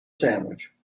sandwich